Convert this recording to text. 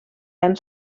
han